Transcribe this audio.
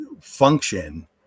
function